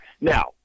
Now